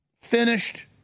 finished